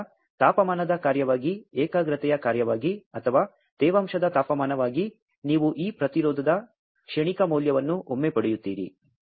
ಆದ್ದರಿಂದ ತಾಪಮಾನದ ಕಾರ್ಯವಾಗಿ ಏಕಾಗ್ರತೆಯ ಕಾರ್ಯವಾಗಿ ಅಥವಾ ತೇವಾಂಶದ ತಾಪಮಾನವಾಗಿ ನೀವು ಈ ಪ್ರತಿರೋಧದ ಕ್ಷಣಿಕ ಮೌಲ್ಯವನ್ನು ಒಮ್ಮೆ ಪಡೆಯುತ್ತೀರಿ